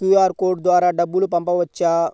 QR code ద్వారా డబ్బులు పంపవచ్చా?